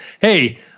Hey